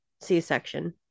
C-section